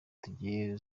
tugira